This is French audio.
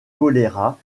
choléra